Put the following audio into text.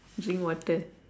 drink water